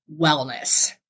wellness